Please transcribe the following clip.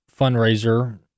fundraiser